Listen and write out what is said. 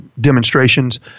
demonstrations